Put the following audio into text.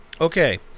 Okay